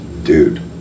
Dude